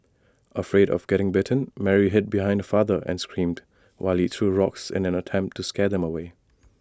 afraid of getting bitten Mary hid behind her father and screamed while he threw rocks in an attempt to scare them away